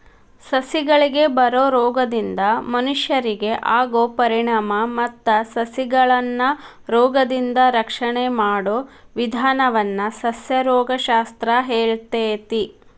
ಸಸಿಗಳಿಗೆ ಬರೋ ರೋಗದಿಂದ ಮನಷ್ಯರಿಗೆ ಆಗೋ ಪರಿಣಾಮ ಮತ್ತ ಸಸಿಗಳನ್ನರೋಗದಿಂದ ರಕ್ಷಣೆ ಮಾಡೋ ವಿದಾನವನ್ನ ಸಸ್ಯರೋಗ ಶಾಸ್ತ್ರ ಹೇಳ್ತೇತಿ